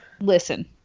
listen